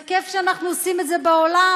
זה כיף שאנחנו עושים את זה בעולם,